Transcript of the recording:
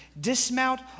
dismount